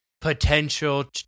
potential